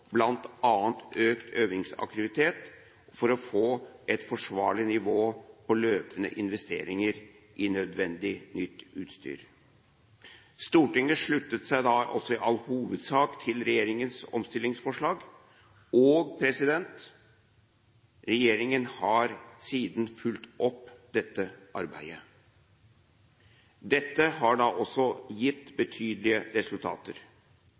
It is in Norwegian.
bl.a. økt øvingsaktivitet, for å få et forsvarlig nivå på løpende investeringer i nødvendig nytt utstyr. Stortinget sluttet seg da også i all hovedsak til regjeringens omstillingsforslag, og regjeringen har siden fulgt opp dette arbeidet. Dette har da også gitt betydelige resultater.